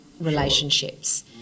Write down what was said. relationships